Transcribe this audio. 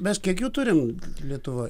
mes kiek jų turim lietuvoj